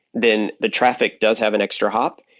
then the traffic does have an extra hop.